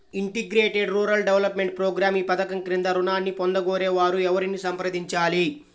Integrated rural development program ఈ పధకం క్రింద ఋణాన్ని పొందగోరే వారు ఎవరిని సంప్రదించాలి?